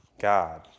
God